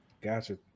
Gotcha